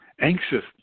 anxious